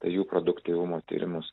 tai jų produktyvumo tyrimus